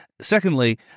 Secondly